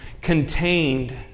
contained